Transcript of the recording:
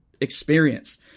experience